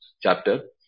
chapter